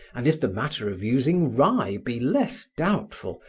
and if the matter of using rye be less doubtful,